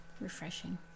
Refreshing